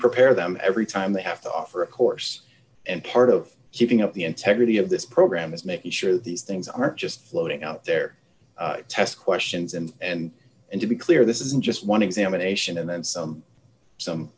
repairing them every time they have to offer a course and part of keeping up the integrity of this program is making sure these things aren't just floating out there test questions and and and to be clear this isn't just one examination and then some some